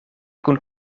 kun